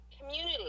community